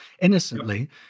innocently